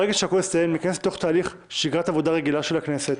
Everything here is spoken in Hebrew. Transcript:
ברגע שהכול יסתיים ניכנס לתוך תהליך שגרת עבודה רגילה של הכנסת,